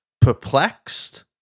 perplexed